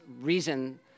reason